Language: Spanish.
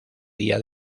día